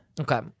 Okay